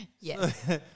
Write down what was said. yes